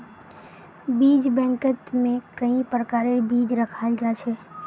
बीज बैंकत में कई प्रकारेर बीज रखाल जा छे